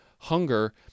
hunger